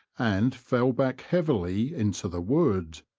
and fell back heavily into the wood.